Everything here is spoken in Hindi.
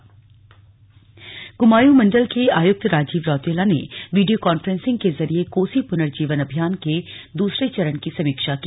अल्मोड़ा कोसी नदी क्माऊं मंडल के आयुक्त राजीव रौतेला ने वीडियो कॉन्फ्रेंसिंग के जरिये कोसी पुर्नजीवन अभियान के दूसरे चरण की समीक्षा की